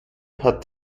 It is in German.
hat